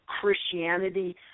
Christianity